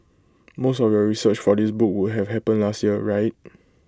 most of your research for this book would have happened last year right